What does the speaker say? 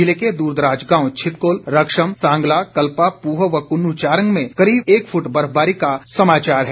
ज़िले के द्ररदराज गांव छितक़ुल रक्षम सांगला कल्पा प्रह व क़ुन्न् चारंग में करीब एक फुट बर्फबारी का समाचार है